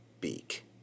Beak